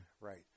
right